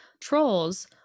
Trolls